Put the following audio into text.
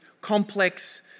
complex